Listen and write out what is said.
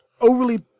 overly